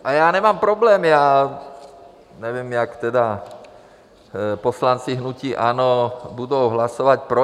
A já nemám problém, nevím, jak tedy poslanci hnutí ANO budou hlasovat pro.